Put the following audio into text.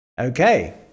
okay